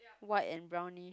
white and brownish